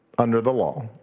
under the law,